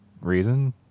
reason